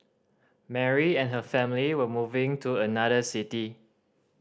Mary and her family were moving to another city